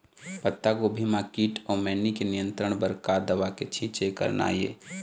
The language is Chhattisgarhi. पत्तागोभी म कीट अऊ मैनी के नियंत्रण बर का दवा के छींचे करना ये?